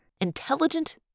Intelligent